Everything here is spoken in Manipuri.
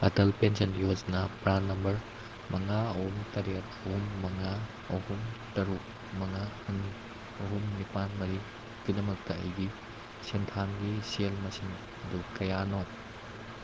Atal pension Yojana PRAN number ꯃꯉꯥ ꯑꯍꯨꯝ ꯇꯔꯦꯠ ꯑꯍꯨꯝ ꯃꯉꯥ ꯑꯍꯨꯝ ꯇꯔꯨꯛ ꯃꯉꯥ ꯑꯅꯤ ꯑꯍꯨꯝ ꯅꯤꯄꯥꯜ ꯃꯔꯤꯒꯤꯗꯃꯛꯇ ꯑꯩꯒꯤ ꯁꯦꯟꯊꯥꯡꯒꯤ ꯁꯦꯜ ꯃꯁꯤꯡ ꯑꯗꯨ ꯀꯌꯥꯅꯣ